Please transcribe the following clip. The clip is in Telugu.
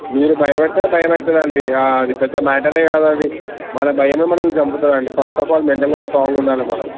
మీరు భయపడితేనే భయం అవుతుంది అండి అది పెద్ద మ్యాటరే కాదు అది మన భయమే మనలని చంపుతుంది అండి ఫస్ట్ ఆఫ్ ఆల్ మెంటల్గా స్ట్రాంగ్గా ఉండాలి మనం